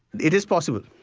it is possible.